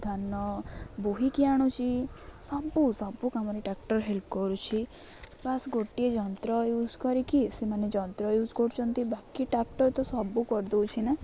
ଧାନ ବୋହିକି ଆଣୁଛି ସବୁ ସବୁ କାମରେ ଟ୍ରାକ୍ଟର୍ ହେଲ୍ପ କରୁଛି ବାସ ଗୋଟିଏ ଯନ୍ତ୍ର ୟୁଜ୍ କରିକି ସେମାନେ ଯନ୍ତ୍ର ୟୁଜ୍ କରୁଛିିନ୍ତି ବାକି ଟ୍ରାକ୍ଟର୍ ତ ସବୁ କରିଦେଉଛିି ନା